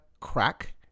Crack